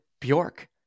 Bjork